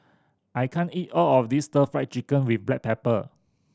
I can't eat all of this Stir Fried Chicken with black pepper